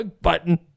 button